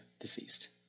deceased